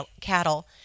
cattle